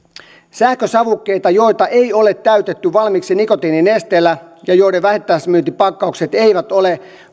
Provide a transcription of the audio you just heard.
sähkösavukkeita joita ei ole täytetty valmiiksi nikotiininesteellä ja joiden vähittäismyyntipakkaukset eivät ole